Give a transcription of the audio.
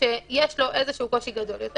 שיש לו קושי גדול יותר.